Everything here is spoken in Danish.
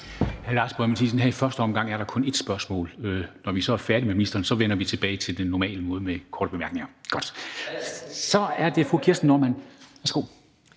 her i første omgang har man kun ét spørgsmål. Når vi så er færdige med ministeren, vender vi tilbage til den normale procedure for korte bemærkninger. Så er det fru Kirsten Normann